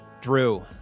Drew